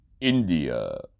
India